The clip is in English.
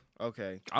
Okay